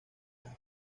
las